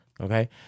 Okay